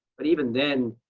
but even then,